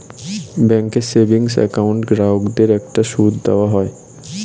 ব্যাঙ্কের savings account গ্রাহকদের একটা সুদ দেওয়া হয়